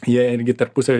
jie irgi tarpusavy